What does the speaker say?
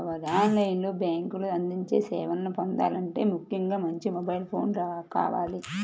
on line లో బ్యేంకులు అందించే సేవలను పొందాలంటే ముఖ్యంగా మంచి మొబైల్ ఫోన్ కావాలి